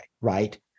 right